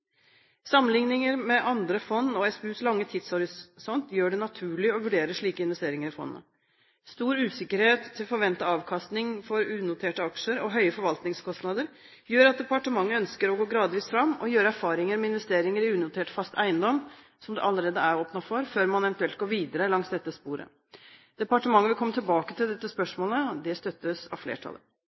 Sammenlikninger med andre fond og SPUs lange tidshorisont gjør det naturlig å vurdere slike investeringer i fondet. Stor usikkerhet til forventet avkastning for unoterte aksjer og høye forvaltningskostnader gjør at departementet ønsker å gå gradvis fram og gjøre erfaringer med investeringer i unotert fast eiendom, som det allerede er åpnet for, før man eventuelt går videre langs dette sporet. Departementet vil komme tilbake til dette spørsmålet. Det støttes av